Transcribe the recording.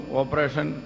operation